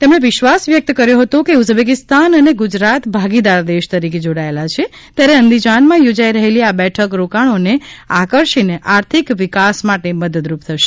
તેમણે વિશ્વાસ વ્યક્ત કર્યો હતો કે ઉઝબેકીસ્તાન અને ગુજરાત ભાગીદાર દેશ તરીકે જોડાયેલા છે ત્યારે અંદિજાનમાં યોજાઈ રહેલી આ બેઠક રોકાણોને આકર્ષીને આર્થિક વિકાસ માટે મદદરૂપ થશે